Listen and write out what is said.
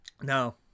No